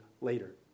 later